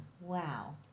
Wow